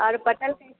और पटल कैसे